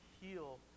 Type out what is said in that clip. heal